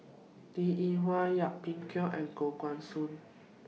Linn in Hua Yip Pin Xiu and Koh Guan Song